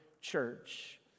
Church